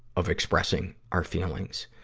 of expressing our feelings.